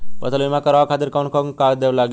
फसल बीमा करावे खातिर कवन कवन कागज लगी?